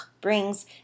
brings